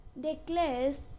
declares